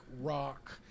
rock